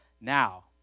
Now